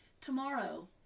tomorrow